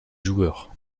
joueurs